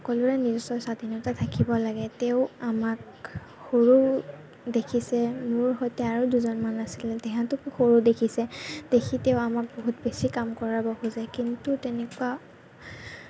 সকলোৰে নিজস্ব স্বাধীনতা থাকিব লাগে তেওঁ আমাক সৰু দেখিছে মোৰ সৈতে আৰু দুজনমান আছিলে তেহেঁতকো সৰু দেখিছে দেখি তেওঁ আমাক বহুত বেছি কাম কৰাব খোজে কিন্তু তেনেকুৱা